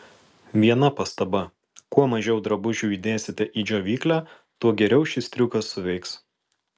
viena pastaba kuo mažiau drabužių įdėsite į džiovyklę tuo geriau šis triukas suveiks